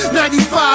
95